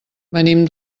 venim